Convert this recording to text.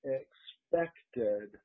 expected –